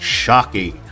shocking